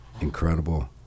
incredible